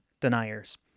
deniers